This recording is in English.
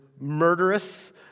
murderous